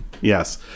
Yes